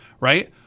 right